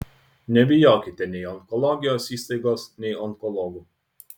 nebijokite nei onkologijos įstaigos nei onkologų